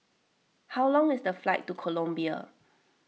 how long is the flight to Colombia